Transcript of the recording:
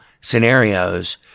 scenarios